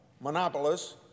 monopolists